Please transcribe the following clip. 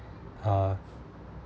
uh